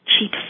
cheap